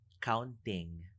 counting